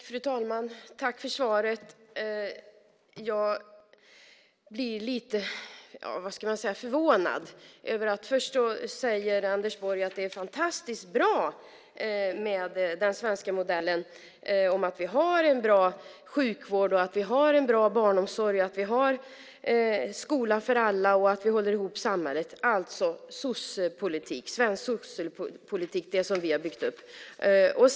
Fru talman! Tack för svaret! Jag blir lite förvånad över att Anders Borg först säger att den svenska modellen är fantastiskt bra, att vi har en bra sjukvård, en bra barnomsorg och en skola för alla och att vi håller ihop samhället - alltså svensk sossepolitik, det som vi har byggt upp.